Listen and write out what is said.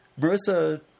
Marissa